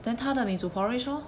then 他的你煮 porridge lor